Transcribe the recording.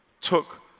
took